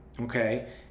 okay